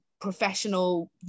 professional